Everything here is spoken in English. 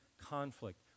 conflict